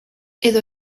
edo